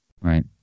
Right